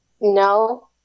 No